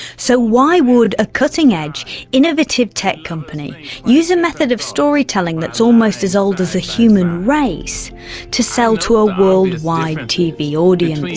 so why would a cutting edge, innovative tech company use a method of storytelling that's almost as old as the human race to sell to a worldwide tv audience?